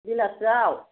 बेलासियाव